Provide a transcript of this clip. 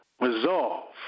resolve